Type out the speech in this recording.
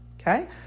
okay